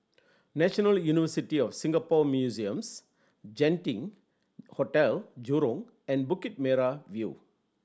National University of Singapore Museums Genting Hotel Jurong and Bukit Merah View